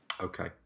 Okay